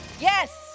Yes